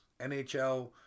NHL